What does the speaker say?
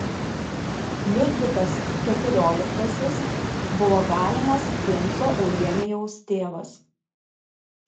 liudvikas keturioliktasis buvo galimas princo eugenijaus tėvas